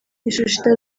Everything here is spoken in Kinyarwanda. ishusho